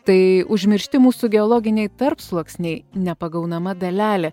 tai užmiršti mūsų geologiniai tarpsluoksniai nepagaunama dalelė